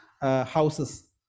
houses